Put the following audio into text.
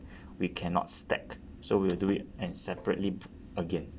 we cannot stack so we'll do it and separately b~ again